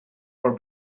our